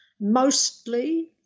Mostly